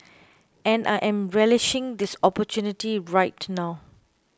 and I am relishing this opportunity right now